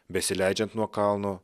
besileidžiant nuo kalno